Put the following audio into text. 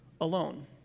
alone